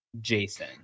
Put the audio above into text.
jason